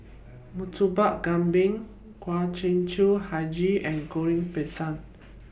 Murtabak Kambing Kueh Hijau and Goreng Pisang